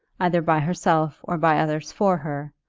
either by herself or by others for her,